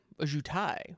Ajutai